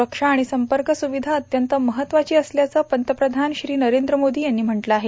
सुरक्षा आणि संपर्क सुविधा अत्यंत महत्वाची असल्याचं पंतप्रधान श्री नरेंद्र मोदी यांनी म्हटलं आहे